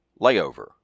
layover